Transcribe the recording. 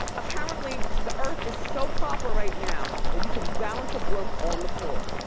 apparently, the earth is so proper right now that you can balance a broom on the floor.